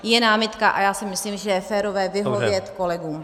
Je námitka a já si myslím, že je férové vyhovět kolegům.